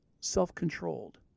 self-controlled